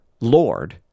Lord